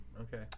Okay